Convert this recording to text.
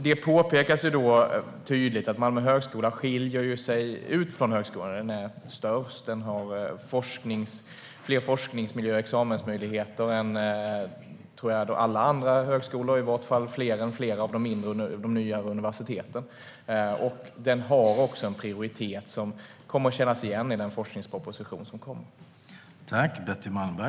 Det påpekas tydligt att Malmö högskola skiljer sig från övriga högskolor: Den är störst, och den har fler forskningsmiljöer och examensmöjligheter än, tror jag, alla andra högskolor - i vart fall fler än flera av de mindre och nyare universiteten. Den har också en prioritet som kommer att kännas igen i den forskningsproposition som kommer.